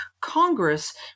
Congress